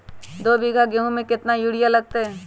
दो बीघा गेंहू में केतना यूरिया लगतै?